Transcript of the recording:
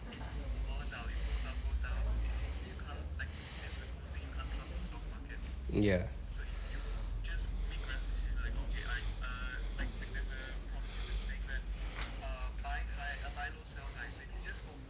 ya